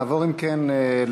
נעבור אם כן להצבעה.